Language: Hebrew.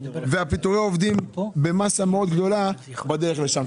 ופיטורי העובדים במסה מאוד גדולה גם בדרך לשם.